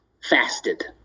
fasted